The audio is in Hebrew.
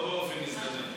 לא באופן מזדמן,